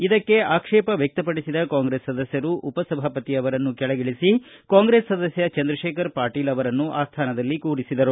ಇದಕ್ಕೆ ಆಕ್ಷೇಪ ವ್ಯಕ್ತಪಡಿಸಿದ ಕಾಂಗ್ರೆಸ್ ಸದಸ್ಯರು ಉಪ ಸಭಾಪತಿಯನ್ನು ಕೆಳಗಿಳಿಸಿ ಕಾಂಗ್ರೆಸ್ ಸದಸ್ಯ ಚಂದ್ರಶೇಖರ ಪಾಟೀಲ ಅವರನ್ನು ಆ ಸ್ಥಾನದಲ್ಲಿ ಕೂರಿಸಿದರು